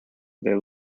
their